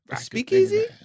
speakeasy